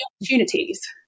opportunities